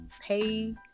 pay